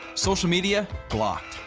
social media, blocked.